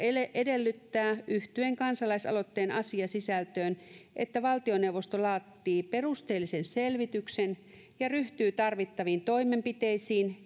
edellyttää yhtyen kansalaisaloitteen asiasisältöön että valtioneuvosto laatii perusteellisen selvityksen ja ryhtyy tarvittaviin toimenpiteisiin